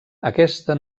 aquesta